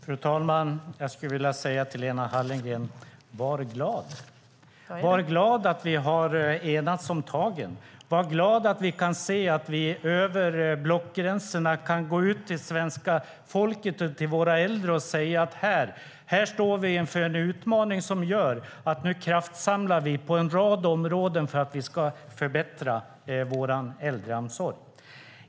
Fru talman! Jag skulle vilja säga till Lena Hallengren: Var glad! Var glad att vi har enats om tagen! Var glad att vi kan se att vi över blockgränsen kan gå ut till svenska folket och våra äldre och säga: Här står vi inför en utmaning som gör att vi nu kraftsamlar på en rad områden för att vi ska förbättra vår äldreomsorg!